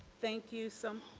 thank you so